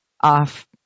off